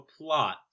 plot